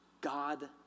God